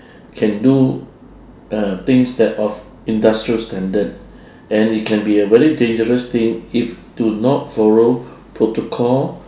can do uh things that of industrial standard and it can be a very dangerous thing if do not follow protocol